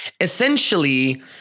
essentially